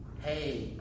hey